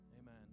Amen